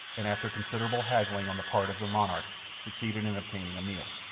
and after considerable haggling on the part of the monarch succeeded in obtaining a meal.